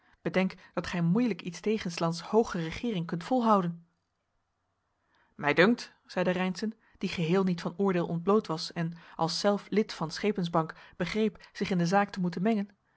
bedenk dat gij moeielijk iets tegen s lands hooge regeering kunt volhouden mij dunkt zeide reynszen die geheel niet van oordeel ontbloot was en als zelf lid van schepensbank begreep zich in de zaak te moeten mengen